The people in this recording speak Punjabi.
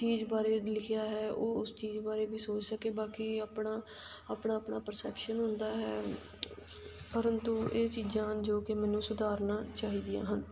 ਚੀਜ਼ ਬਾਰੇ ਲਿਖਿਆ ਹੈ ਉਹ ਉਸ ਚੀਜ਼ ਬਾਰੇ ਵੀ ਸੋਚ ਸਕੇ ਬਾਕੀ ਆਪਣਾ ਆਪਣਾ ਆਪਣਾ ਪਰਸੈਪਸ਼ਨ ਹੁੰਦਾ ਹੈ ਪਰੰਤੂ ਇਹ ਚੀਜ਼ਾਂ ਹਨ ਜੋ ਕਿ ਮੈਨੂੰ ਸੁਧਾਰਨਾ ਚਾਹੀਦੀਆਂ ਹਨ